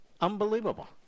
Unbelievable